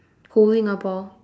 holding a ball